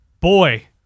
Boy